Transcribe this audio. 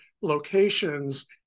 locations